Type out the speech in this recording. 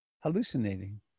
hallucinating